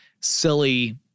silly